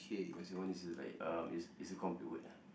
cause your one is like uh it's it's a complete word ah